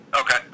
Okay